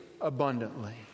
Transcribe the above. abundantly